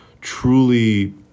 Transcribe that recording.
truly